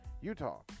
Utah